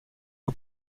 que